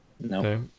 No